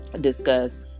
discuss